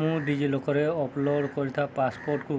ମୁଁ digi ଲକର୍ରେ upload କରିଥିବା ପାସପୋର୍ଟ୍କୁ